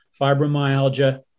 fibromyalgia